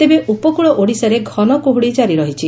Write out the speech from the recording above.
ତେବେ ଉପକ୍ଳ ଓଡିଶାରେ ଘନ କୁହୁଡି ଜାରି ରହିଛି